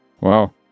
Wow